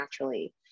naturally